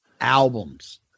albums